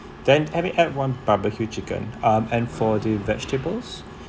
then let me add one barbecue chicken um and for the vegetables